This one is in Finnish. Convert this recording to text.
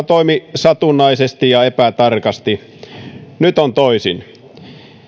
toimi satunnaisesti ja epätarkasti nyt on toisin